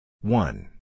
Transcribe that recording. One